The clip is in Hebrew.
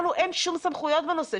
לנו אין שום סמכויות בנושא.